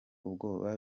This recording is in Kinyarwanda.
ubwoba